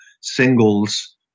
singles